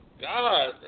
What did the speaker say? God